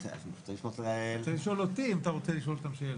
צריך --- אתה צריך לשאול אותי אם אתה רוצה לשאול אותם שאלה.